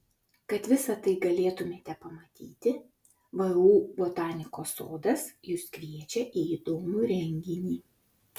kad visa tai galėtumėte pamatyti vu botanikos sodas jus kviečia į įdomų renginį